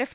F